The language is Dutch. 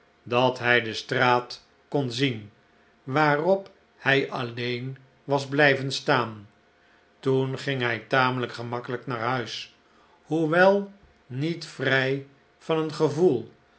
dat hij de straat kon zien waarop hij alleen was blijven staan toen ging hij tamelijk gemakkelijk naar huis hoewelm'et vrij van een gevoel